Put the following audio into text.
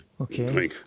Okay